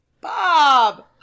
Bob